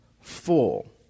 full